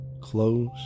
close